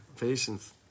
Patience